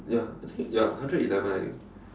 ya I think ya hundred eleven I think